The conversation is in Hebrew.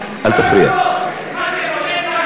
אני לא ליצן.